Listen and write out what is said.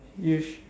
you should